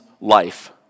life